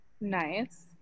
Nice